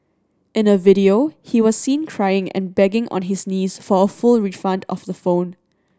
in a video he was seen crying and begging on his knees for a full refund of the phone